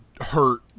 hurt